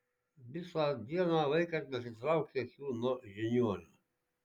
visą dieną vaikas neatitraukė akių nuo žiniuonio